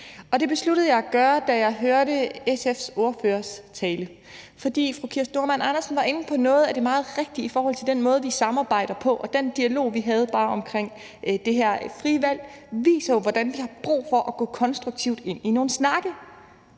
og det besluttede jeg at gøre, da jeg hørte SF's ordførers tale. For fru Kirsten Normann Andersen var inde på noget meget rigtigt i forhold til den måde, vi samarbejder på, og bare den dialog, vi havde om det frie valg, viser jo, hvordan vi har brug for at gå konstruktivt ind i nogle snakke.